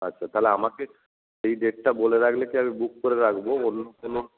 আচ্ছা তাহলে আমাকে সেই ডেটটা বলে রাখলে কী হবে বুক করে রাখব অন্য কোনো